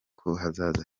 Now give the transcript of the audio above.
hazaza